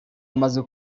amaze